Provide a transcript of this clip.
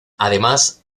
además